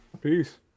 Peace